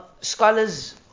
scholars